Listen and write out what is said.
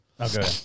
Okay